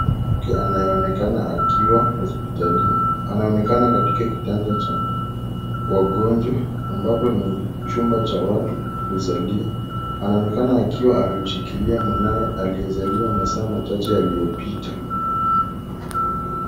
Mwanamke anayeonekana akiwa hospitalini. Anaonekana katika kitanda cha wagonjwa ambapo ni chumba cha watu kuzalia. Anaonekana akiwa amemshikilia mwanawe aliyezaliwa masaa machache yaliyopita.